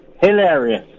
Hilarious